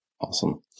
Awesome